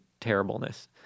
terribleness